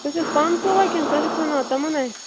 تُہۍ چھُو حَظ پانہٕ سُوان کِنہٕ تُہۍ چھِو سُوناوان تِمن اتھِ